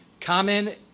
common